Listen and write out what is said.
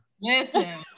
Listen